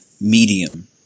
medium